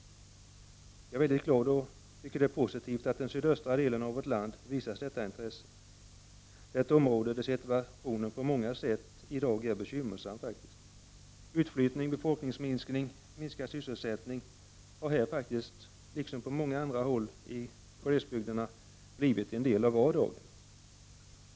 Jag är mycket glad över att den sydöstra regionen av vårt land visas detta intresse. Det rör sig om ett område där situationen i dag på många sätt är bekymmersam. Utflyttning, befolkningsminskning och minskad sysselsättning har här — liksom på många andra håll i glesbygden — blivit en del av vardagen.